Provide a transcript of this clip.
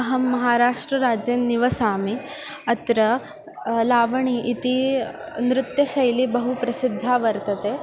अहं महाराष्ट्रराज्ये निवसामि अत्र लावणी इति नृत्यशैली बहु प्रसिद्धा वर्तते